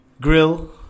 grill